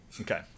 Okay